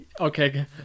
okay